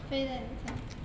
飞在脸上